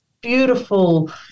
beautiful